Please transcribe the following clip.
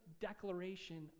declaration